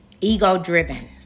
Ego-driven